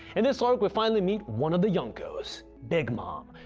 in this arc we finally meet one of the yonkos, big mom,